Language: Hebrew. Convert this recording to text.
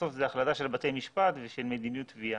בסוף זו החלטה של בתי המשפט ושל מדיניות תביעה.